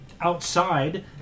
Outside